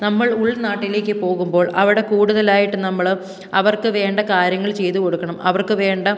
നമ്മൾ ഉൾനാട്ടിലേക്ക് പോകുമ്പോൾ അവിടെ കൂടുതലായിട്ട് നമ്മൾ അവർക്ക് വേണ്ട കാര്യങ്ങൾ ചെയ്തു കൊടുക്കണം അവർക്ക് വേണ്ട